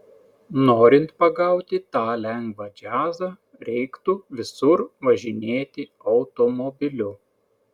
norint pagauti tą lengvą džiazą reiktų visur važinėti automobiliu